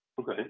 Okay